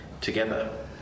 together